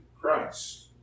Christ